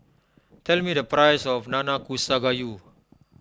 tell me the price of Nanakusa Gayu